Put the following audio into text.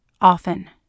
Often